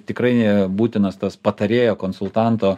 tikrai būtinas tas patarėjo konsultanto